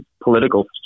political